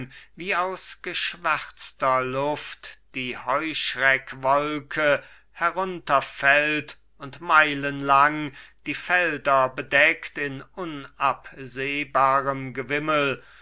wie aus geschwärzter luft die heuschreckwolke herunterfällt und meilenlang die felder bedeckt in unabsehbarem gewimmel